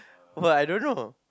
!wah! I don't know